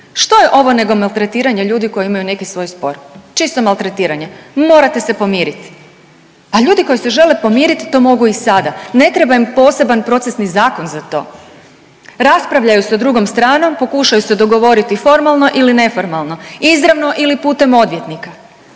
Što je ovo nego maltretiranje ljudi koji imaju neki svoj spor, čisto maltretiranje, morate se pomirit. Pa ljudi koji se žele pomiriti to mogu i sada, ne treba im poseban procesni zakon za to, raspravljaju sa drugom stranom, pokušaju se dogovoriti formalno ili neformalno, izravno ili putem odvjetnika.